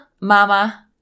mama